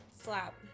slap